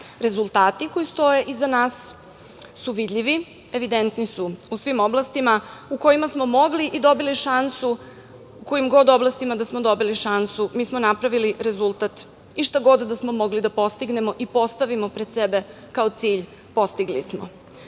radu. Rezultati koji stoje iza nas su vidljivi, evidentni su u svim oblastima u kojima smo mogli i dobili šansu, u kojim god oblastima da smo dobili šansu mi smo napravili rezultat i šta god da smo mogli da postignemo i postavimo pred sebe kao cilj postigli